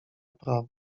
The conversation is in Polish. prawo